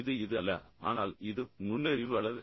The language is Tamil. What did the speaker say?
இது இது அல்ல ஆனால் இது நுண்ணறிவு அளவு